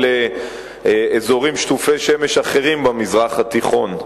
לאזורים שטופי שמש אחרים במזרח התיכון,